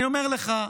אני אומר לך,